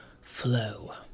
flow